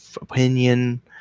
opinion